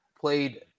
played